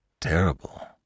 Terrible